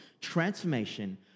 transformation